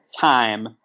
time